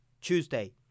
Tuesday